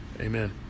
Amen